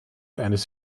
eines